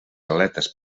aletes